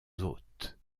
hôtes